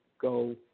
go